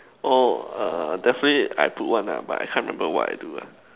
oh err definitely I put one ah but I can't remember what I do